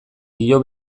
dio